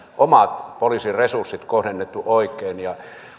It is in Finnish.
omat poliisiresurssit kohdennettu oikein